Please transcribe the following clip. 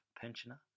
pensioner